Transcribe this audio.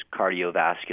cardiovascular